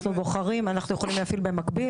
אנחנו יכולים להפעיל במקביל,